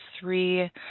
three